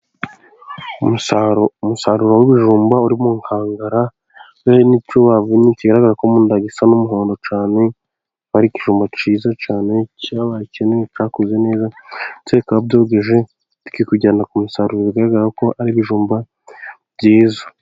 Umusaruro w'ubujumba uri mu nkangara, hari n'icyo bavunnye kigaragaza ko mu nda gisa n'umuhondo cyane, kikaba ari ikijumba cyiza cyane cyabaye kinini cyakuze neza, ndetse bikaba byogeje bikwiye kujyana ku musaruro bigaragara ko ari ibijumba byiza.